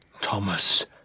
Thomas